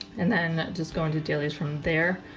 and then just going to dailies from there.